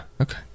Okay